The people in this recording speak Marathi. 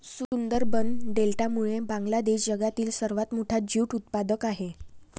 सुंदरबन डेल्टामुळे बांगलादेश जगातील सर्वात मोठा ज्यूट उत्पादक आहे